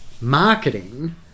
marketing